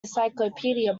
encyclopedia